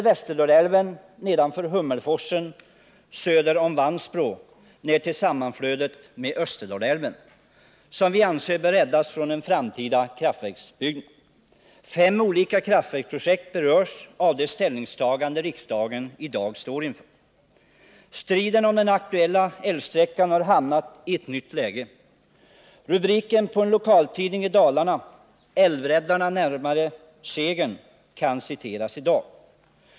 Västerdalälven nedanför Hummelforsen söder om Vansbro ned till sammanflödet med Österdalälven anser vi bör räddas från en framtida kraftverksutbyggnad. Fem olika kraftverksprojekt berörs av det ställningstagande riksdagen i dag står inför. Striden om den aktuella älvsträckan har kommit i ett nytt läge. Jag kan i det sammanhanget citera en lokaltidning i Dalarna som använde rubriken ”Älvräddarna närmare segern”.